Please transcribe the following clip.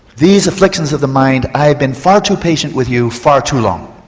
these afflictions of the mind i have been far too patient with you far too long.